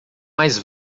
mais